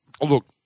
Look